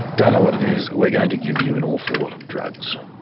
don't know what it is, we're going to give you an awful lot of drugs.